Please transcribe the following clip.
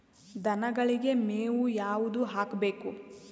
ದನಗಳಿಗೆ ಮೇವು ಯಾವುದು ಹಾಕ್ಬೇಕು?